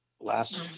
last